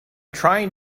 trying